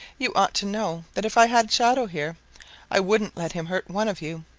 you ought to know that if i had shadow here i wouldn't let him hurt one of you.